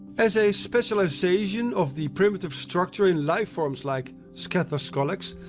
as a specialization of the primitive structure in life forms like scathascolex,